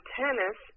tennis